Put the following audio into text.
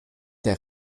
der